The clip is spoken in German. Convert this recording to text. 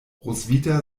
roswitha